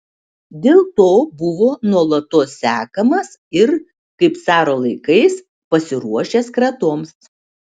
dėl to buvo nuolatos sekamas ir kaip caro laikais pasiruošęs kratoms